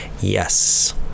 Yes